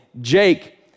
Jake